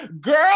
girl